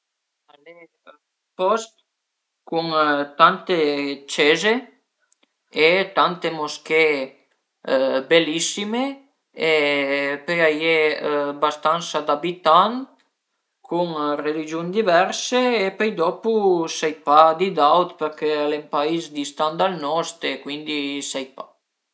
A scola a m'piazìa la materia esercitazione agrarie përché parei a më përmetìa dë ste fora, dë ste a l'aria aperta e dë travaié ën campagna, cuindi preparé la tera preparé la sera, propi ël muntage d'la sera, pié ël patentin dël tratur e tante d'aute coze